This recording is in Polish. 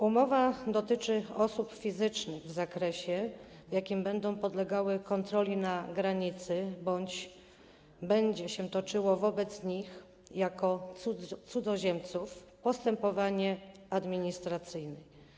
Umowa dotyczy osób fizycznych w zakresie, w jakim będą one podlegały kontroli na granicy bądź będzie się toczyło wobec nich jako cudzoziemców postępowanie administracyjne.